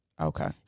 Okay